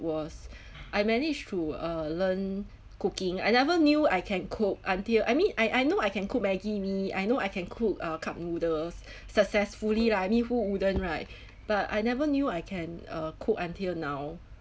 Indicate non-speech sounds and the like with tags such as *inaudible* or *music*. was *breath* I managed to uh learn cooking I never knew I can cook until I mean I I know I can cook maggi mee I know I can cook uh cup noodles *breath* successfully lah I mean who wouldn't right *breath* but I never knew I can uh cook until now